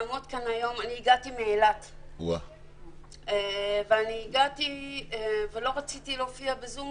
לעמוד כאן היום אני הגעתי מאילת ולא רציתי להופיע בזום